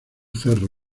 cerro